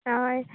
हय